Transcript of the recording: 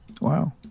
Wow